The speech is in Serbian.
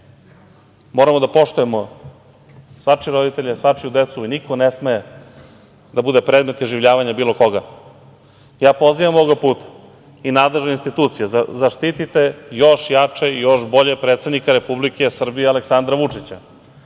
Moramo da poštujemo svačije roditelje, svačiju decu i niko ne sme da bude predmet iživljavanja bilo koga. Pozivam ovog puta i nadležne institucije, zaštitite još jače i još bolje predsednika Republike Srbije Aleksandra Vučića.